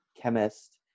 chemist